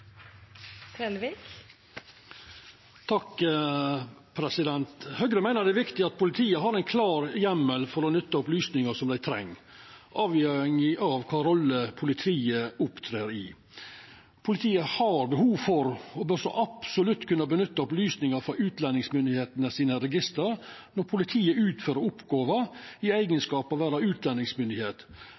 viktig at politiet har ein klar heimel for å nytta opplysningar dei treng, avhengig av kva rolle politiet opptrer i. Politiet har behov for og bør så absolutt kunna nytta opplysningar frå utlendingsmyndigheitene sine register når politiet utfører oppgåva i eigenskap av å vera utlendingsmyndigheit,